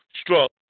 struck